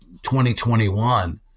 2021